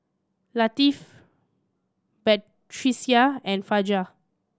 Latif Batrisya and Fajar